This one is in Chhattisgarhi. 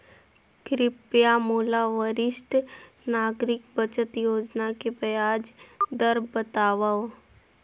कृपया मोला वरिष्ठ नागरिक बचत योजना के ब्याज दर बतावव